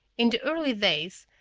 in the early days,